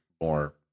more